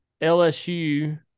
LSU